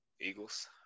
Eagles